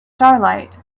starlight